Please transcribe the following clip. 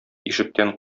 ишектән